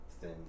thin